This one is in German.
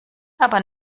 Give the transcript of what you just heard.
aber